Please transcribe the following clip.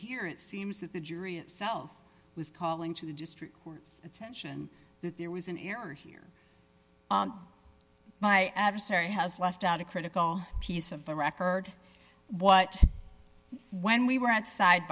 here it seems that the jury itself was calling to the district court's attention that there was an error here my adversary has left out a critical piece of the record what when we were at side